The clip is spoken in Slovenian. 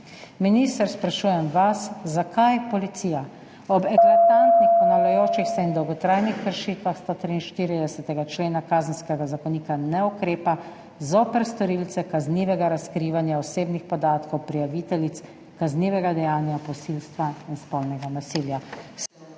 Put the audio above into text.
Minister, sprašujem vas: Zakaj policija ob eklatantnih, ponavljajočih se in dolgotrajnih kršitvah 143. člena Kazenskega zakonika ne ukrepa zoper storilce kaznivega razkrivanja osebnih podatkov prijaviteljic kaznivega dejanja posilstva in spolnega nasilja?